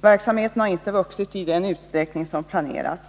Verksamheten har inte vuxit i den utsträckning som planerats.